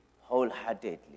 wholeheartedly